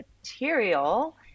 material